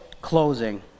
closing